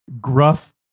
gruff